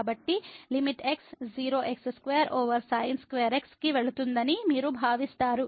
కాబట్టి limit x 0 x2 over sin2x కి వెళుతుందని మీరు భావిస్తారు